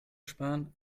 sparen